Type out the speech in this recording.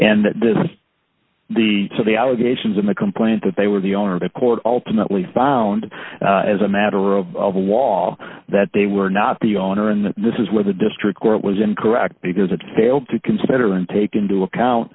and this is the the allegations in the complaint that they were the owner of a court ultimately found as a matter of the wall that they were not the owner and this is where the district court was incorrect because it failed to consider and take into account